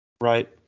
right